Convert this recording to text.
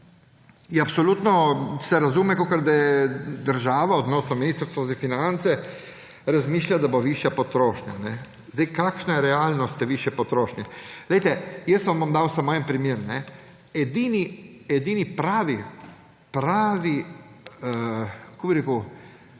absolutno razume, kakor da država oziroma Ministrstvo za finance razmišlja, da bo višja potrošnja. Zdaj, kakšna je realnost te višje potrošnje? Poglejte, vam bom dal samo en primer. Edini pravi, kako bi rekel,